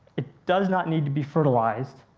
it does not need to be fertilized,